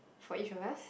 for each of us